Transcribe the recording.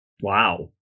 Wow